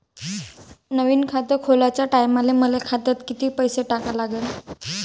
नवीन खात खोलाच्या टायमाले मले खात्यात कितीक पैसे टाका लागन?